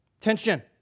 tension